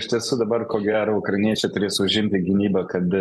iš tiesų dabar ko gero ukrainiečiai turės užimti gynybą kad